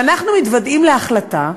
ואנחנו מתוודעים להחלטה,